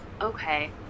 okay